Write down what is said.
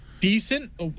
decent